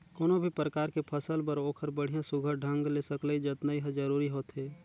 कोनो भी परकार के फसल बर ओखर बड़िया सुग्घर ढंग ले सकलई जतनई हर जरूरी होथे